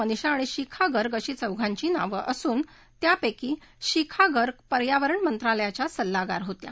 मनीषा आणि शिखा गर्ग अशी चौघांची नावं असून त्यापक्षी शिखा गर्ग पर्यावरण मंत्रालयाच्या सल्लागार होत्या